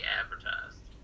advertised